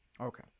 Okay